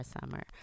summer